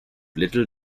little